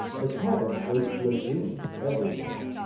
the cabin was blazoned every where.